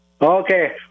Okay